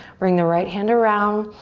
bring the right hand around.